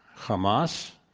hamas,